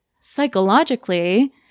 psychologically